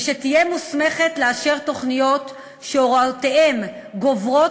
ותהיה מוסמכת לאשר תוכניות שהוראותיהן גוברות